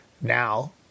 now